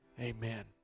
amen